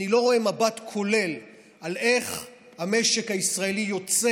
אני לא רואה מבט כולל על איך המשק הישראלי יוצא